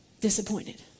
Disappointed